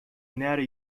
نره